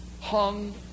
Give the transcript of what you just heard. hung